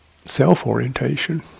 self-orientation